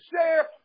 share